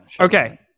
Okay